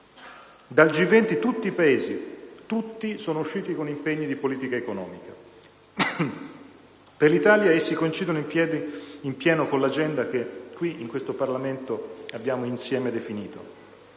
Dal G20 tutti i Paesi sono usciti con impegni di politica economica. Per l'Italia essi coincidono in pieno con l'agenda che in questo Parlamento abbiamo insieme definito: